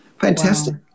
Fantastic